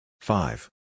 Five